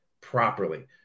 properly